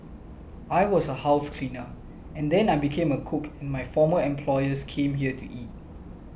I was a house cleaner and then I became a cook and my former employers came here to eat